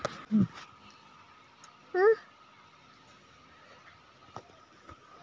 परीक्षेत असा प्रश्न विचारण्यात आला होता की, संपत्ती निर्मिती यातून आपल्याला काय समजले?